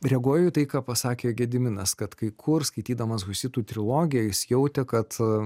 reaguoju į tai ką pasakė gediminas kad kai kur skaitydamas husitų trilogiją jis jautė kad